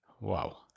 Wow